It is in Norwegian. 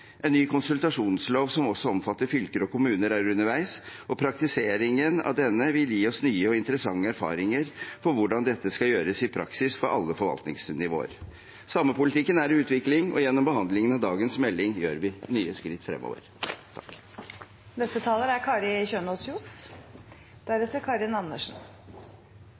En ny konsultasjonslov, som også omfatter fylker og kommuner, er underveis. Praktiseringen av denne vil gi oss nye og interessante erfaringer med hvordan dette skal gjøres i praksis, på alle forvaltningsnivåer. Samepolitikken er i utvikling, og gjennom behandlingen av dagens melding tar vi nye skritt fremover.